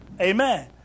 Amen